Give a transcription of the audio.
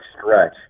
stretch